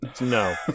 No